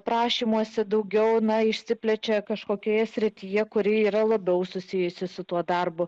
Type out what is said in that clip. prašymuose daugiau na išsiplečia kažkokioje srityje kuri yra labiau susijusi su tuo darbu